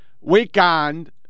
weekend